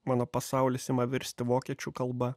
mano pasaulis ima virsti vokiečių kalba